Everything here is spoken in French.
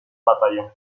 bataillons